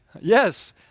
Yes